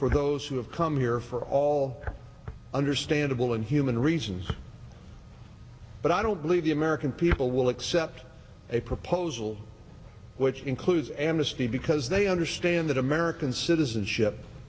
for those who have come here for all understandable and human reasons but i don't believe the american people well we'll accept a proposal which includes amnesty because they understand that american citizenship